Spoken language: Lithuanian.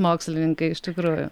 mokslininkai iš tikrųjų